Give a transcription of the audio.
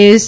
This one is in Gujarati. એસ